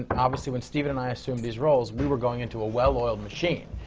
ah but obviously when steven and i assumed these roles, we were going into a well-oiled machine.